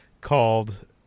called